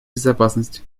безопасности